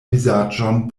vizaĝon